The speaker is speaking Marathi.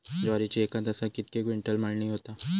ज्वारीची एका तासात कितके क्विंटल मळणी होता?